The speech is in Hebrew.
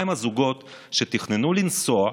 מה עם הזוגות שתכננו לנסוע,